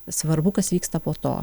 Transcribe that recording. svarbu kas vyksta po to